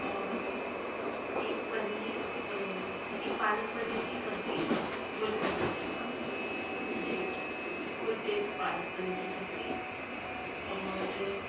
और एक पनीर एक पालक पनीर की सब्जी फुल कर दीजिएगा जी फुल प्लेट पालक पनीर की सब्जी और